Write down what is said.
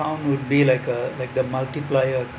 account would be like a like the multiplier